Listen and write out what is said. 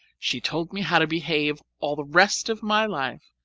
she told me how to behave all the rest of my life,